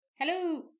hello